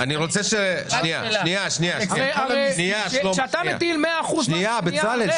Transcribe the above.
הרי כשאתה מטיל 100% מס קנייה על לחם